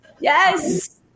Yes